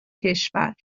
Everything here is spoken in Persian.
کشور